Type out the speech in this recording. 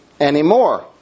anymore